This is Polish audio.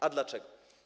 A dlaczego?